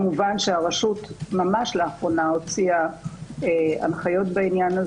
הרשות ממש לאחרונה הוציאה הנחיות בעניין.